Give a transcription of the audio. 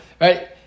right